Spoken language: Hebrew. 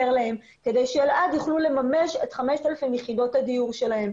להם כדי שאלעד יוכלו לממש את 5,000 יחידות הדיור שלהם.